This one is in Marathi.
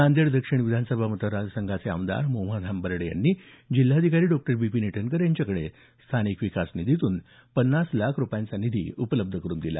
नांदेड दक्षिण विधानसभा मतदार संघाचे आमदार मोहनराव हंबर्डे यांनी जिल्हाधिकारी डॉ विपिन ईटनकर यांच्याकडे स्थानिक विकास निधीतून पन्नास लाख रूपयांचा निधी उपलब्ध करून दिला